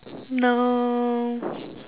no